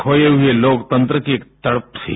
खोए हुए लोकतंत्र की एक तड़प थी